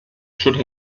should